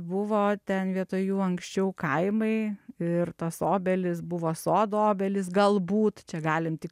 buvo ten vietoj jų anksčiau kaimai ir tos obelys buvo sodo obelys galbūt čia galim tik